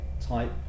type